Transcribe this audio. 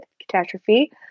catastrophe